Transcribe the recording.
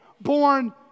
born